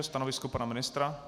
Stanovisko pana ministra?